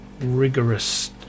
rigorous